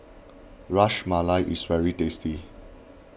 Ras Malai is very tasty